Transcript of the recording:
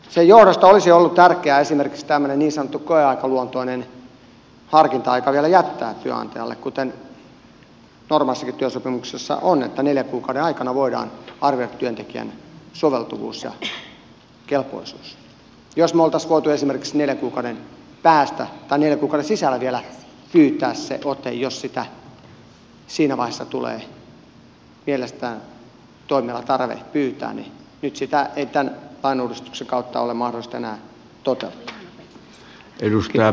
sen johdosta olisi ollut tärkeää esimerkiksi tämmöinen niin sanottu koeaikaluontoinen harkinta aika vielä jättää työnantajalle kuten normaalissakin työsopimuksessa on että neljän kuukauden aikana voidaan arvioida työntekijän soveltuvuus ja kelpoisuus jos me olisimme voineet esimerkiksi neljän kuukauden sisällä vielä pyytää sen otteen jos siinä vaiheessa tulee vielä tarve sitä toimilla pyytää mutta nyt sitä ei tämän lainuudistuksen kautta ole mahdollista enää toteuttaa